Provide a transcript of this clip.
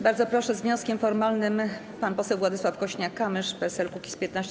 Bardzo proszę, z wnioskiem formalnym pan poseł Władysław Kosiniak-Kamysz, PSL-Kukiz15.